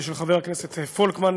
של חבר הכנסת פולקמן,